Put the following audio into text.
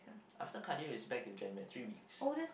after cardio it's back to gen med so about three weeks